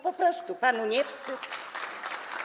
Po prostu panu nie wstyd?